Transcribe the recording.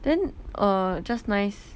then err just nice